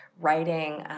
writing